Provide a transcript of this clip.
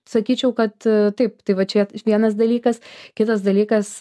sakyčiau kad taip tai va čia vienas dalykas kitas dalykas